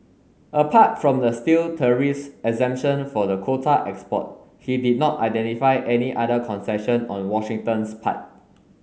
apart from the steel tariffs exemption for the quota export he did not identify any other concession on Washington's part